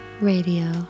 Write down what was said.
Radio